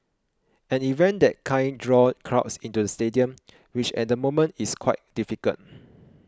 an event that kind draw crowds into the stadium which at the moment is quite difficult